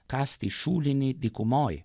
kasti šulinį dykumoj